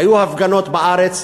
היו הפגנות בארץ.